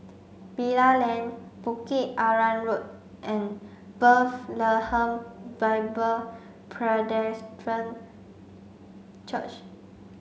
Bilal Lane Bukit Arang Road and Bethlehem Bible Presbyterian Church